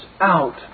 out